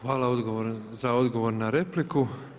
Hvala za odgovor na repliku.